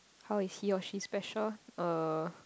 how is he or she special uh